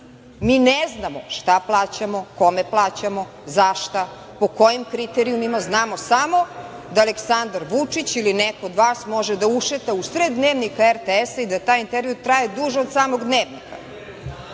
mi ne znamo šta plaćamo, kome plaćamo, za šta, po kojim kriterijumima. Znamo samo da Aleksandar Vučić ili neko od vas može da ušeta usred Dnevnika RTS-a i da taj intervju traje duže od samog Dnevnika,